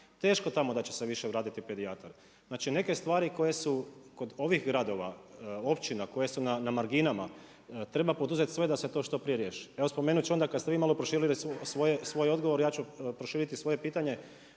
teško tamo da će se više vratiti pedijatar. Znači, neke stvari koje su kod ovih gradova, općina koje su na marginama, treba poduzet sve da se to što prije riješi. Evo spomenut ću onda kad ste vi malo proširili svoj odgovor, ja ću proširiti svoje pitanje.